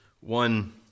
One